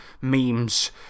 memes